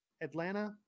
Atlanta